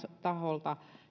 taholta